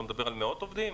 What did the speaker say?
אתה מדבר על מאות עובדים?